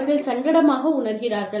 அவர்கள் சங்கடமாக உணர்கிறார்கள்